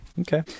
Okay